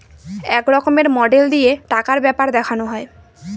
এক রকমের মডেল দিয়ে টাকার ব্যাপার দেখানো হয়